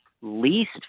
least